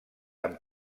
amb